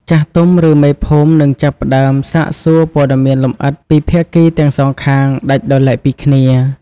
ចាស់ទុំ ឬមេភូមិ នឹងចាប់ផ្តើមសាកសួរព័ត៌មានលម្អិតពីភាគីទាំងសងខាងដាច់ដោយឡែកពីគ្នា។